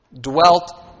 Dwelt